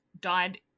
died